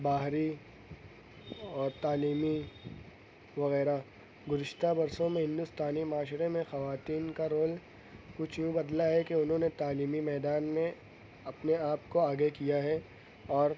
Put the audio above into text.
باہری اور تعلیمی وغیرہ گزشتہ برسوں میں ہندوستانی معاشرے میں خواتین کا رول کچھ یوں بدلا ہے کہ انہوں تعلیمی میدان میں اپنے آپ کو آگے کیا ہے اور